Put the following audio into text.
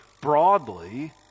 broadly